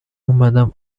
اومدم